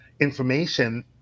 information